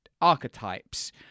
archetypes